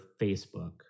Facebook